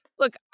Look